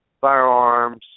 firearms